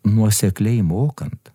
nuosekliai mokant